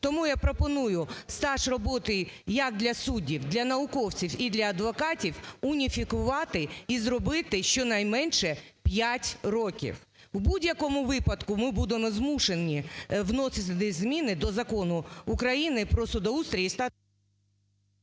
Тому я пропоную стаж роботи як для суддів, для науковців і для адвокатів уніфікувати і зробити щонайменше 5 років. У будь-якому випадку ми будемо змушені вносити туди зміни до Закону України про судоустрій і…